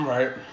Right